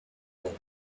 float